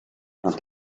and